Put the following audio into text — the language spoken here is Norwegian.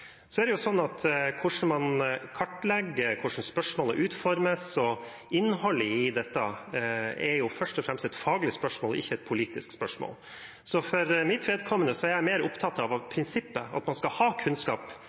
Hvordan man kartlegger, hvordan spørsmålene utformes, og innholdet i dette er først og fremst et faglig spørsmål, ikke et politisk spørsmål. For mitt vedkommende er jeg mer opptatt av prinsippet, at man skal ha kunnskap